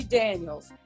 daniels